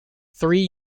three